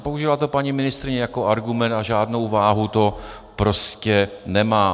A použila to paní ministryně jako argument a žádnou váhu to prostě nemá.